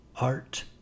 art